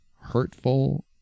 hurtful